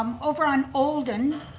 over on olden,